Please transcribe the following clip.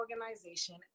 organization